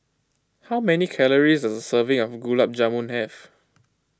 how many calories does a serving of Gulab Jamun have